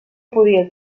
podia